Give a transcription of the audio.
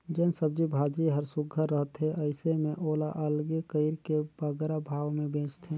जेन सब्जी भाजी हर सुग्घर रहथे अइसे में ओला अलगे कइर के बगरा भाव में बेंचथें